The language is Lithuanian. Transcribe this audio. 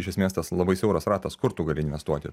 iš esmės tas labai siauras ratas kur tu gali investuoti